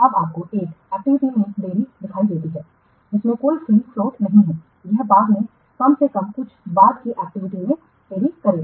अब आपको एक एक्टिविटी में देरी दिखाई देती है जिसमें कोई फ्री फ्लोट नहीं है यह बाद में कम से कम कुछ बाद की एक्टिविटी में देरी करेगा